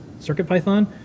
CircuitPython